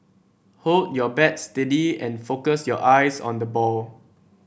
hold your bat steady and focus your eyes on the ball